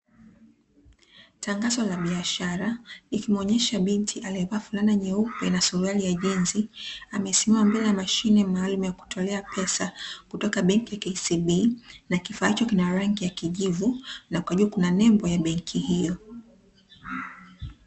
Tangazo la biashara, likimuonyesha binti aliyevaa fulana nyeupe na suruali ya jinzi, amesimama na mbele ya mashine maalumu yakutolea pesa kutoka banki ya "KCB",na kifaa hicho kina rangi ya kijivu na kwa juu kuna nembo ya banki hiyo.